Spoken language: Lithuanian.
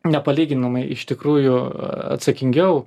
nepalyginamai iš tikrųjų atsakingiau